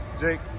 Jake